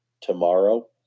tomorrow